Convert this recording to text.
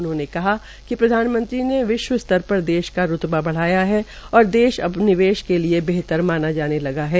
उन्होंने कहा कि प्रधानमंत्री ने विश्व स्तर पर देश का रूतबा बढ़ाया है और देश अब निवेश के लिए बेहतर माना जाने लगा है